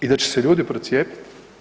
I da će se ljudi procijepiti.